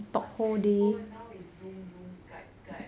what telephone now is zoom zoom skype skype